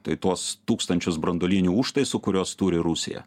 tai tuos tūkstančius branduolinių užtaisų kuriuos turi rusija